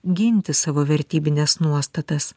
ginti savo vertybines nuostatas